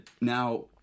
now